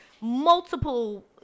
multiple